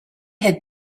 had